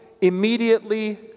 immediately